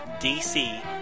DC